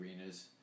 arenas